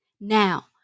Now